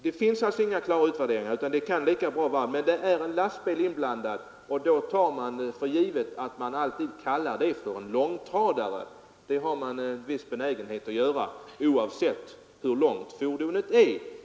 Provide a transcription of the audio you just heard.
Det finns alltså inga klara utvärderingar, men när en lastbil är inblandad i en olycka har man en viss benägenhet att kalla den för långtradare, oavsett längden på fordonet.